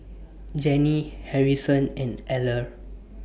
Jenny Harrison and Eller